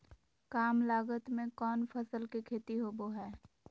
काम लागत में कौन फसल के खेती होबो हाय?